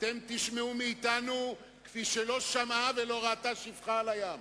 אתם תשמעו מאתנו כפי שלא שמעה ולא ראתה שפחה על הים.